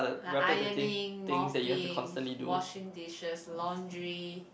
like ironing mopping washing dishes laundry